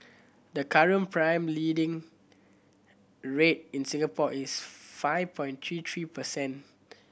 the current prime lending rate in Singapore is five point three three percent